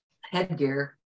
headgear